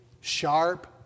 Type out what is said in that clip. sharp